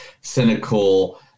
cynical